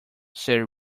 said